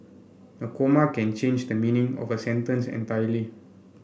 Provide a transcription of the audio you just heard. a comma can change the meaning of a sentence entirely